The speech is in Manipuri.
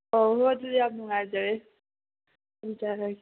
ꯑꯣ ꯑꯗꯨꯗꯤ ꯌꯥꯝ ꯅꯨꯡꯉꯥꯏꯖꯔꯦ ꯊꯝꯖꯔꯒꯦ